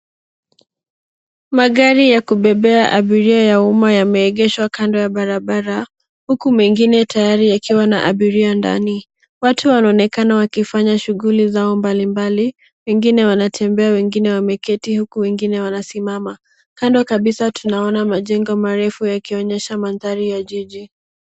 Magari ya kubebea abiria ya umma yameegeshwa kando ya barabara, huku mengine tayari yakiwa na abiria ndani. Watu wanaonekana wakifanya shughuli zao mbalimbali, wengine wanatembea, wengine wamketi, huku wengine wanasimama. Kando kabisa tunaona majengo marefu yakionyesha mandhari ya jiji.